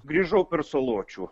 grįžau per saločių